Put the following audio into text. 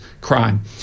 crime